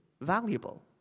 valuable